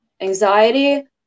anxiety